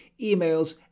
emails